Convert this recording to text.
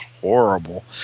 horrible